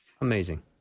Amazing